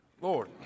Lord